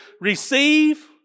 receive